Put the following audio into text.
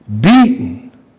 beaten